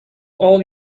all